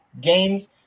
games